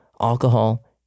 alcohol